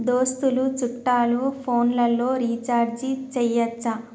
దోస్తులు చుట్టాలు ఫోన్లలో రీఛార్జి చేయచ్చా?